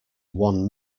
one